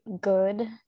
good